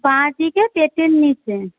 বাঁ দিকে পেটের নীচে